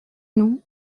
nous